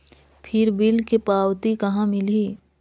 फिर बिल के पावती कहा मिलही?